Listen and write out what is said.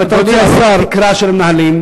אם אתה רוצה, להעלות את התקרה של המנהלים.